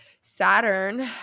Saturn